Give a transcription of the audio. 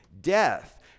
death